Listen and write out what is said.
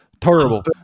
Terrible